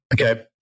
Okay